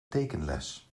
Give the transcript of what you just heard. tekenles